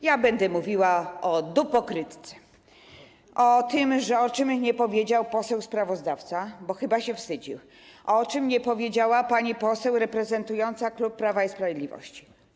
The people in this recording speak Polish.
Ja będę mówiła o dupokrytce, o tym, o czym nie powiedział poseł sprawozdawca, bo chyba się wstydził, o czym nie powiedziała pani poseł reprezentująca klub Prawa i Sprawiedliwości.